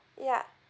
yeah